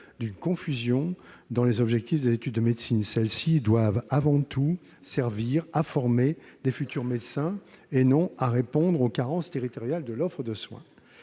d'une confusion dans les objectifs des études de médecine ; celles-ci doivent avant tout servir à former de futurs médecins et non à répondre aux carences territoriales de l'offre de soins.